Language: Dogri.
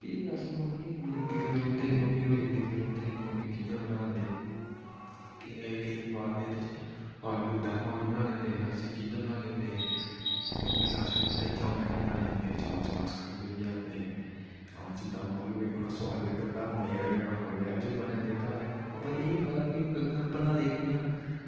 फ्ही अस मम्मियें अपनी गी दिखदे रौंह्दे हे मम्मियै होरें गी दिखदे होंदे हे कि मम्मी कि'यां बना'रदे केह् पा दे एह्दें च आलू दम्म आलू बनाने होंदे हे तां असें कि'यां बनाने होंदे हे मम्मी असें ई बड़े चाएं कन्नै बनाई देई ओड़ने बड़े चा चा कन्नै अस खंदे बी होंदे हे अज्ज दम्म आलूयें दा सुआद लग्गा दा मजा आई आना खाने गी बना दे अज्ज घर हां पां एह् नेईं पता कि बनाए दि कि'यां न